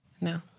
No